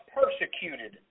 persecuted